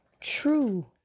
True